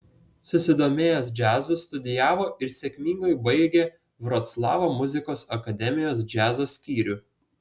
susidomėjęs džiazu studijavo ir sėkmingai baigė vroclavo muzikos akademijos džiazo skyrių